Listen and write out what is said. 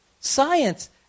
science